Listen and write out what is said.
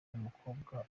umukobwa